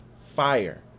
Fire